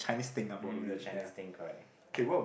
mmhmm the Chinese think correct